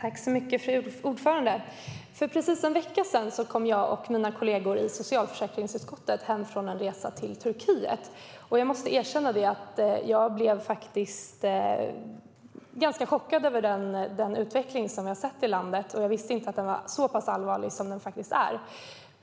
Fru talman! För precis en vecka sedan kom jag och mina kollegor i socialförsäkringsutskottet hem från en resa till Turkiet. Jag måste erkänna att jag blev ganska chockad av den utveckling som vi såg i landet. Jag visste inte att den var så pass allvarlig som den faktiskt är.